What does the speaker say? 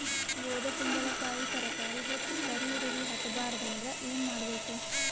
ಬೊದಕುಂಬಲಕಾಯಿ ತರಕಾರಿ ಹೆಚ್ಚ ಕರಿ ಇರವಿಹತ ಬಾರದು ಅಂದರ ಏನ ಮಾಡಬೇಕು?